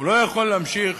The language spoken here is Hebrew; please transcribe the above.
הוא לא יכול להמשיך